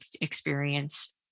experience